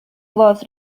was